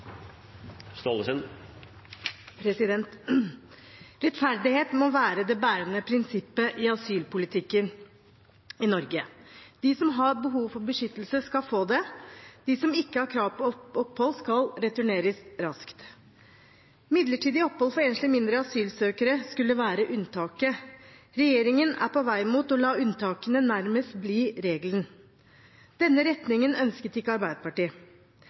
Rettferdighet må være det bærende prinsippet i asylpolitikken i Norge. De som har behov for beskyttelse, skal få det. De som ikke har krav på opphold, skal returneres raskt. Midlertidig opphold for enslige mindreårige asylsøkere skulle være unntaket. Regjeringen er på vei mot å la unntakene nærmest bli regelen. Denne retningen ønsket ikke Arbeiderpartiet.